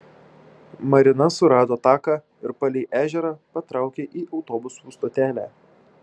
marina surado taką ir palei ežerą patraukė į autobusų stotelę